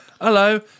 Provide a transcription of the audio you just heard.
Hello